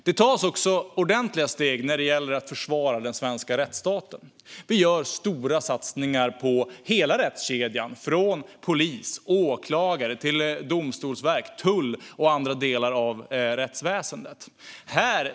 Det tas också ordentliga steg när det gäller att försvara den svenska rättsstaten. Vi gör stora satsningar på hela rättskedjan från polis och åklagare till domstolsverk, tull och andra delar av rättsväsendet.